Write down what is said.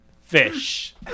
fish